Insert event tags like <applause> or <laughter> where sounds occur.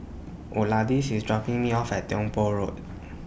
<unintelligible> IS dropping Me off At Tiong Poh Road